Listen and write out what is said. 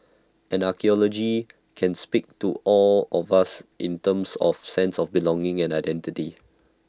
and archaeology can speak to all of us in terms of sense of belonging and identity